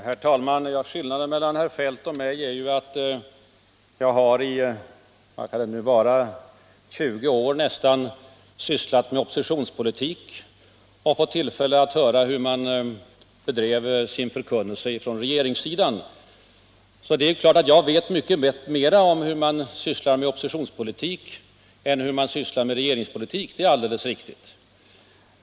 Herr talman! Skillnaden mellan herr Feldt och mig är ju att jag har i nästan 20 år sysslat med oppositionspolitik och fått tillfälle att höra hur man bedrev sin förkunnelse från regeringssidan. Så det är klart att jag vet mer om hur man sysslar med oppositionspolitik än hur man sysslar med regeringspolitik.